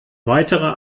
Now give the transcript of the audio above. weitere